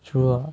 true ah